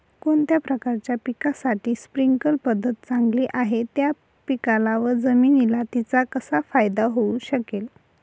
कोणत्या प्रकारच्या पिकासाठी स्प्रिंकल पद्धत चांगली आहे? त्या पिकाला व जमिनीला तिचा कसा फायदा होऊ शकेल?